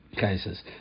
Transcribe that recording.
Cases